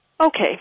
Okay